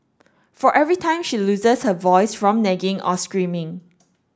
for every time she loses her voice from nagging or screaming